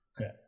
Okay